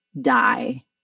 die